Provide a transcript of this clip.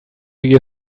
you